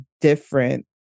different